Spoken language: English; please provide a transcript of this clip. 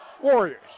Warriors